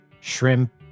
shrimp